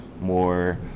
more